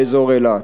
באזור אילת.